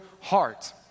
heart